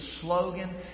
slogan